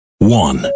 one